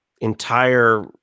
entire